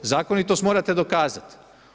Zakonitost morate dokazati.